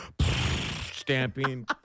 stamping